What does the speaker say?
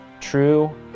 true